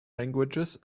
languages